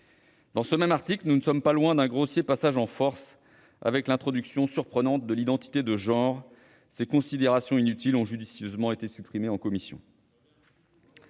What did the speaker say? Dans ce même article, nous ne sommes pas loin d'un grossier passage en force, avec l'introduction surprenante de l'identité de genre : ces considérations inutiles ont judicieusement été supprimées en commission.